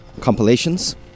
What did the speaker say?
compilations